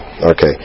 Okay